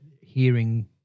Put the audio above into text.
hearing